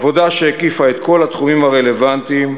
עבודה שהקיפה את כל התחומים הרלוונטיים,